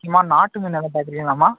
அம்மா நாட்டு மீனெல்லாம் பார்க்குறிங்களாம்மா